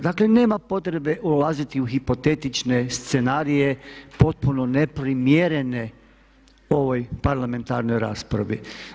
Dakle nema potrebe ulaziti u hipotetične scenarije potpuno neprimjerene ovoj parlamentarnoj raspravi.